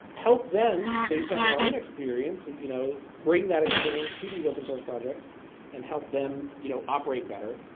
help them based on our own experience, you know bring that experience to these open source projects and help them you know operate better.